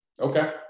Okay